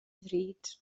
ddrud